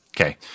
Okay